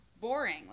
boring